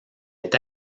est